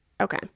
Okay